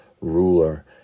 ruler